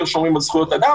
הרבה איזונים,